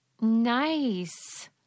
Nice